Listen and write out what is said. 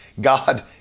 God